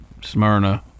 Smyrna